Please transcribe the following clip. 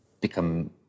become